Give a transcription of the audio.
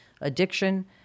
addiction